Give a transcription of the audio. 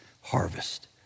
harvest